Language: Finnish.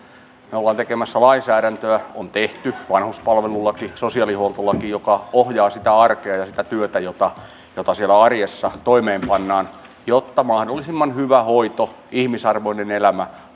olemme tekemässä lainsäädäntöä on tehty vanhuspalvelulaki sosiaalihuoltolaki joka ohjaa sitä arkea ja sitä työtä jota siellä arjessa toimeenpannaan jotta mahdollisimman hyvä hoito ihmisarvoinen elämä